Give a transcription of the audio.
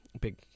big